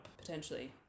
potentially